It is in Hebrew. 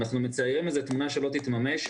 אנחנו מציירים איזו תמונה שלא תתממש,